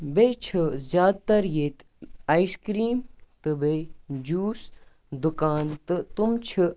بیٚیہِ چھِ زیادٕ تر ییٚتہِ اَیس کریٖم تہٕ بیٚیہِ جوٗس دُکان تہٕ تِم چھِ